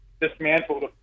dismantled